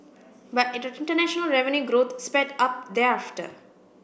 but international revenue growth sped up thereafter